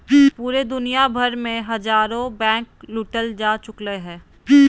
पूरे दुनिया भर मे हजारो बैंके लूटल जा चुकलय हें